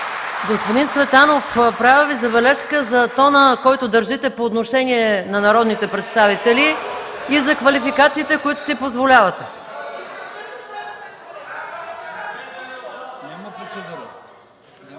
Господин Цветанов, правя Ви забележка за тона, който държите по отношение на народните представители и за квалификациите, които си позволявате.